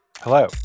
Hello